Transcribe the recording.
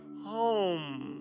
home